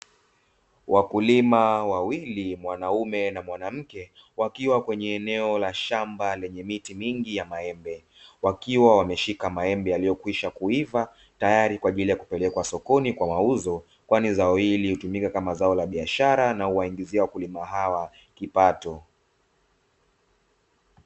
Wakulima wawili, mwanaume na mwanamke, wakiwa kwenye eneo la shamba lenye miti mingi ya maembe, wakiwa wameshika maembe yaliyokwisha kuiva, tayari kwa ajili ya kupelekwa sokoni kwa mauzo, kwani zao hili hutumika kama zao la biashara na huwaingizia wakulima hawa kipato.